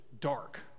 dark